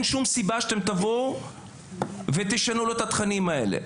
שום סיבה שאתם תבואו ותשנו לו את התכנים האלה.